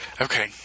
okay